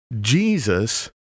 Jesus